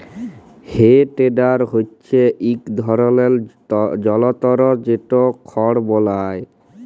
হে টেডার হচ্যে ইক ধরলের জলতর যেট খড় বলায়